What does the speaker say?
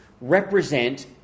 Represent